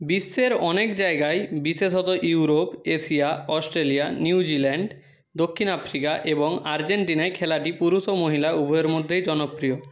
বিশ্বের অনেক জায়গায় বিশেষত ইউরোপ এশিয়া অস্ট্রেলিয়া নিউজিল্যান্ড দক্ষিণ আফ্রিকা এবং আর্জেন্টিনায় খেলাটি পুরুষ ও মহিলা উভয়ের মধ্যেই জনপ্রিয়